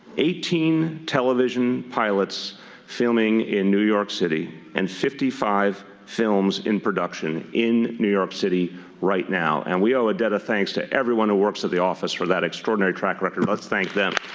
eighteen television pilots filming in new york city and fifty five films in production in new york city right now. and we owe a debt of thanks to everyone who works at the office for that extraordinary track record. let's thank them.